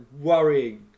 worrying